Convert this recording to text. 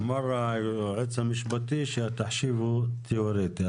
אמר היועץ המשפטי שהתחשיב הוא תיאורטי,